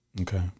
Okay